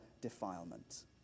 defilement